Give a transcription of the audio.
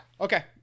Okay